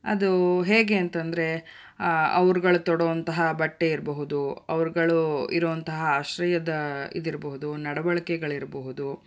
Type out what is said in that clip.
ಅದು ಹೇಗೆ ಅಂತಂದ್ರೆ ಅವ್ರುಗಳು ತೊಡೋ ಅಂತಹ ಬಟ್ಟೆ ಇರಬಹುದು ಅವ್ರುಗಳು ಇರೋ ಅಂತಹ ಆಶ್ರಯದ ಇದಿರಬಹುದು ನಡವಳಿಕೆಗಳಿರಬಹುದು